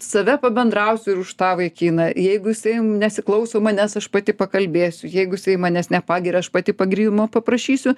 save pabendrausiu ir už tą vaikiną jeigu jisai nesiklauso manęs aš pati pakalbėsiu jeigu jisai manęs nepagiria aš pati pagyrimo paprašysiu